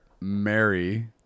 Mary